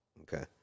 Okay